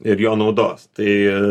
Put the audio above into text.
ir jo naudos tai